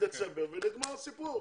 בדצמבר ונגמר הסיפור,